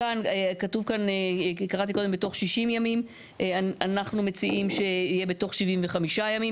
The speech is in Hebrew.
כתוב "הגוף המבצע יבצע מיפוי תשתית ויעבירו